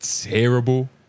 terrible